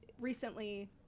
recently